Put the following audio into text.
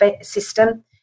system